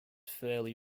fairly